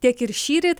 tiek ir šįryt